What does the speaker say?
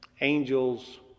Angels